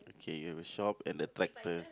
okay you have a shop and a tractor